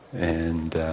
and